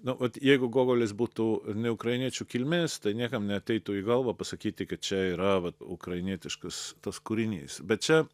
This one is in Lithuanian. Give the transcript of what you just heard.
na o jeigu gogolis būtų ne ukrainiečių kilmės tai niekam neateitų į galvą pasakyti kad čia yra vat ukrainietiškas tas kūrinys bet čia